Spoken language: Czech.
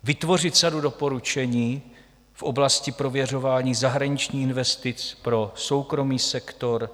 Vytvořit sadu doporučení v oblasti prověřování zahraničních investic pro soukromý sektor.